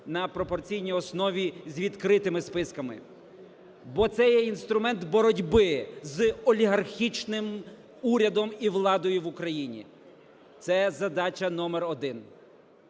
на пропорційній основі з відкритими списками. Бо це є інструмент боротьби з олігархічним урядом і владою в Україні. Це задача номер 1.